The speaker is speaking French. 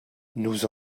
nous